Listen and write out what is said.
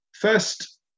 First